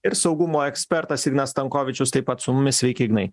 ir saugumo ekspertas ignas stankovičius taip pat su mumis sveiki ignai